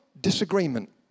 disagreement